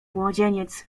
młodzieniec